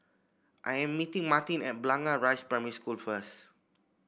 I am meeting Martin at Blangah Rise Primary School first